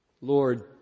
Lord